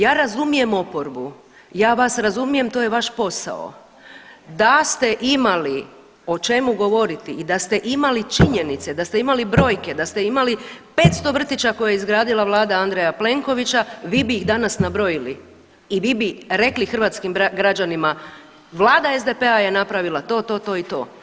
Ja razumijem oporbu, ja vas razumijem to je vaš posao, da ste imali o čemu govoriti i da ste imali činjenice, da ste imali brojke, da ste imali 500 vrtića koje je izgradila vlada Andreja Plenkovića vi bi ih danas nabrojili i vi bi rekli hrvatskim građanima, vlada SDP-a je napravila to, to, to i to.